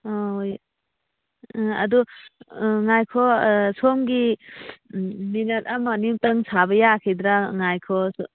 ꯍꯣꯏ ꯑꯗꯣ ꯉꯥꯏꯈꯣ ꯁꯣꯝꯒꯤ ꯃꯤꯅꯠ ꯑꯃ ꯑꯅꯤꯝꯨꯛꯇꯪ ꯁꯥꯕ ꯌꯥꯒꯤꯗ꯭ꯔꯥ ꯉꯥꯏꯈꯣ